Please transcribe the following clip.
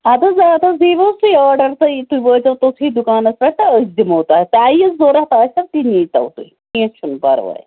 اَدٕ حظ اَدٕ حظ دِیُو حظ تُہۍ آرڈر تۄہہِ تُہۍ وٲتزیٚو توٚتھٕے دُکانس پٮ۪ٹھ تہٕ أسۍ دِموتۄہہِ تۄہہِ یہِ ضروٗرت آسو تہِ نِیٖتو تُہۍ کیٚنٛہہ چھُنہٕ پَرواے